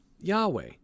Yahweh